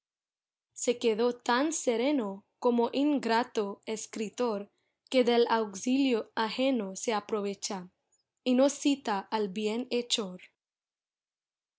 se quedó tan sereno como ingrato escritor que del auxilio ajeno se aprovecha y no cita al bienhechor